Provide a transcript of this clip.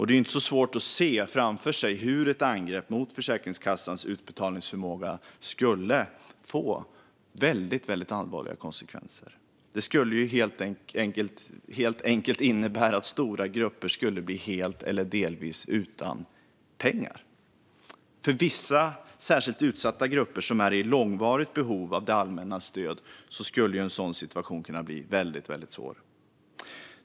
Det är inte så svårt att se att ett angrepp mot Försäkringskassans utbetalningsförmåga skulle få väldigt allvarliga konsekvenser. Stora grupper skulle bli helt eller delvis utan pengar. För vissa särskilt utsatta grupper med långvarigt behov av det allmännas stöd skulle en sådan situation bli väldigt svår.